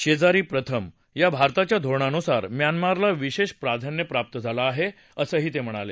शेजारी प्रथम या भारताच्या धोरणानुसार म्यानमारला विशेष प्राधान्य प्राप्त झालं आहे असंही ते म्हणाले